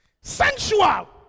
Sensual